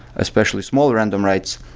especially small random writes,